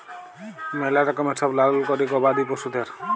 ম্যালা রকমের সব লালল ক্যরে গবাদি পশুদের